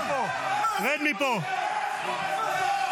מנוול.